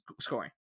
scoring